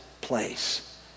place